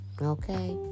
Okay